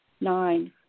Nine